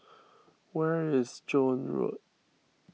where is Joan Road